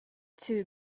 two